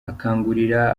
akangurira